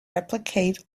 replicate